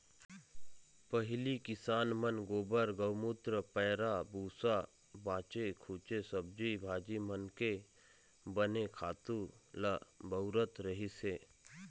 पहिली किसान मन गोबर, गउमूत्र, पैरा भूसा, बाचे खूचे सब्जी भाजी मन के बने खातू ल बउरत रहिस हे